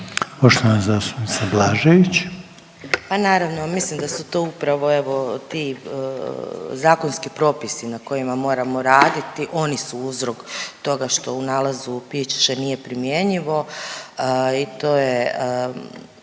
Anamarija (HDZ)** Pa naravno, mislim da su to upravo evo ti zakonski propisi na kojima moramo raditi. Oni su uzrok toga što u nalazu više nije primjenjivo i to je,